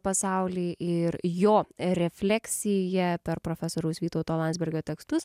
pasaulį ir jo refleksiją per profesoriaus vytauto landsbergio tekstus